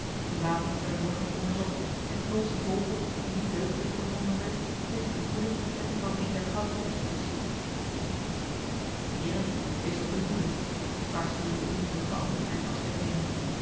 de wapens werden nog eens onderzocht en knols revolver die niet deugdelijk bevonden werd tegen vergoeding met die van een der goudzoekers verwisseld heeren weest op uwe hoede waarschuwde de vriendelijke beambte bij het afscheid nemen